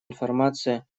информация